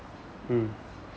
mm